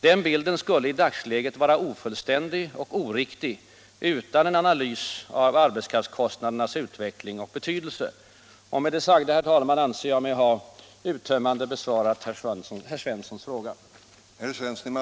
Den bilden skulle i dagsläget vara ofullständig och oriktig utan en analys av arbetskraftskostnadernas utveckling och betydelse. nas inverkan på exporten Med det sagda, herr talman, anser jag mig uttömmande ha besvarat herr Svenssons fråga.